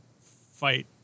fight